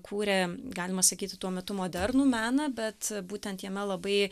kūrė galima sakyti tuo metu modernų meną bet būtent jame labai